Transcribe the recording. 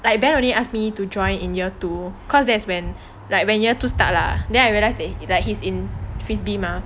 like ben only ask me to join in year two cause that's when like when year two to start lah then I realise that like he's in frisbee mah